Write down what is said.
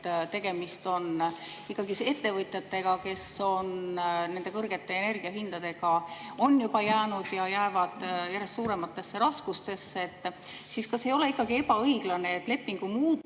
tegemist on ettevõtjatega, kes on nende kõrgete energiahindadega juba jäänud ja jäävad järjest suurematesse raskustesse. Kas ei ole ikkagi ebaõiglane, et lepingu muutmisel